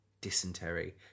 dysentery